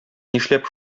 нишләп